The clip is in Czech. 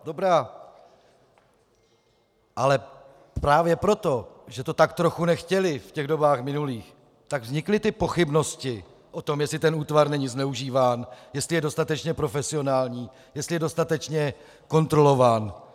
Dobrá, ale právě proto, že to tak trochu nechtěli v dobách minulých, tak vznikly pochybnosti o tom, jestli ten útvar není zneužíván, jestli je dostatečně profesionální, jestli je dostatečně kontrolován.